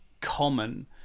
common